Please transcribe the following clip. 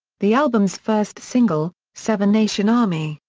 the album's first single, seven nation army,